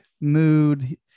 mood